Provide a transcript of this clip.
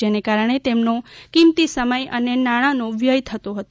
જેના કારણે તેના કિંમતી સમય અને નાણાનો વ્યય થતો હતો